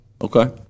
okay